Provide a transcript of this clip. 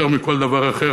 יותר מכל דבר אחר,